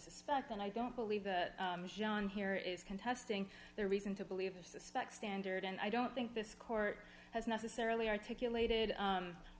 suspect and i don't believe john here is contesting their reason to believe the suspect standard and i don't think this court has necessarily articulated